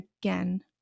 again